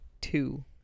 two